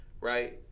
right